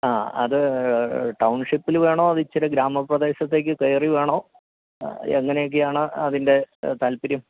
ആ അത് ടൌൺ ഷിപ്പിൽ വേണോ അതോ ഇച്ചിരി ഗ്രാമ പ്രദേശത്തേക്ക് കയറി വേണോ എങ്ങനൊക്കെയാണ് അതിൻ്റെ താല്പര്യം